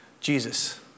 Jesus